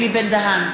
אלי בן-דהן,